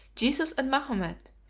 jesus, and mahomet,